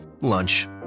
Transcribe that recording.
lunch